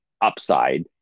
upside